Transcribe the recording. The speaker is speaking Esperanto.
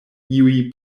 iuj